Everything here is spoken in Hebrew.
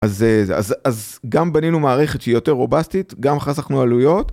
אז גם בנינו מערכת שהיא יותר רובסטית, גם חסכנו עלויות.